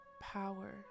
power